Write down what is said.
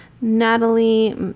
Natalie